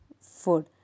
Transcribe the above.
food